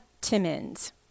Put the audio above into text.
Timmons